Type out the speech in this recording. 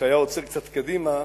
כשהיה עוצר קצת קדימה,